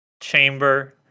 Chamber